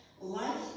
life